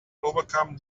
overcome